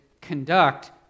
conduct